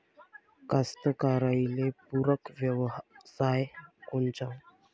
कास्तकाराइले पूरक व्यवसाय कोनचा?